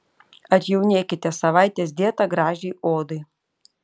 atjaunėkite savaitės dieta gražiai odai